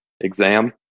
exam